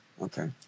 Okay